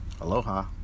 Aloha